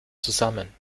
zusammen